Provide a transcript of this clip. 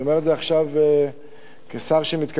אני אומר את זה עכשיו כשר שמתכוון